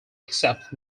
except